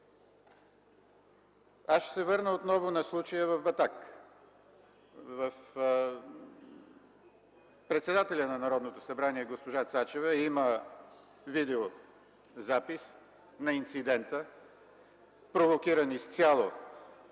Аз ще се върна отново на случая в Батак. Председателят на Народното събрание госпожа Цачева има видеозапис на инцидента, провокиран изцяло